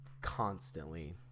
constantly